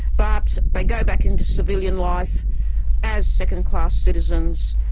but they go back into civilian life as second-class citizens,